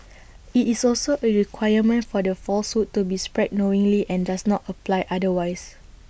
IT is also A requirement for the falsehood to be spread knowingly and does not apply otherwise